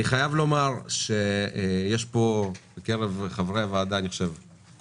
אני חייב לומר שיש פה בקרב חברי הוועדה קונצנזוס